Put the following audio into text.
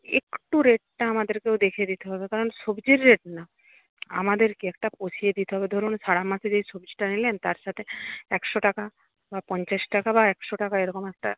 একটু রেটটা আমাদেরকেও দেখে দিতে হবে কারণ সবজির রেট না আমাদেরকে একটা পুষিয়ে দিতে হবে ধরুন সারা মাসে যে সবজিটা নিলেন তার সাথে একশো টাকা বা পঞ্চাশ টাকা বা একশো টাকা এরকম একটা